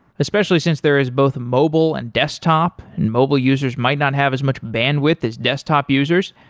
especially since there is both mobile and desktop and mobile users might not have as much bandwidth as desktop users.